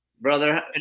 Brother